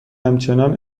همچنان